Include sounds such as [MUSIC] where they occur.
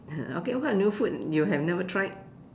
[COUGHS] okay what new food you have never tried